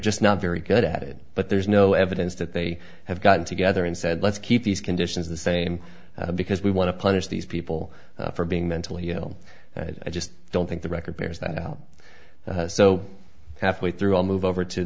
just not very good at it but there's no evidence that they have gotten together and said let's keep these conditions the same because we want to punish these people for being mentally ill i just don't think the record bears that out so halfway through i'll move over to